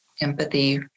empathy